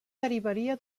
derivaria